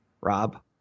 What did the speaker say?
Rob